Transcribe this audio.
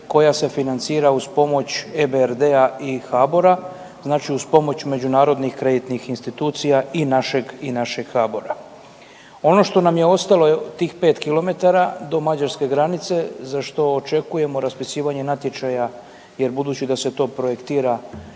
koja se financira uz pomoć EBRD-a i HABOR-a, znači uz pomoć međunarodnih kreditnih institucija i našeg i našeg HABOR-a. Ono što nam je ostalo tih 5 kilometara do Mađarske granice za što očekujemo raspisivanje natječaja jer budući da se to projektira